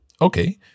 Okay